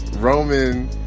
Roman